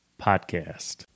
Podcast